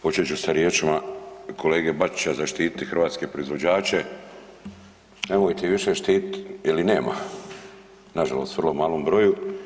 Počet ću sa riječima kolege Bačića, zaštiti hrvatske proizvođače, nemojte ih više štiti jer ih nema, nažalost u vrlo malom broju.